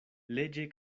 leĝe